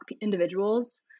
individuals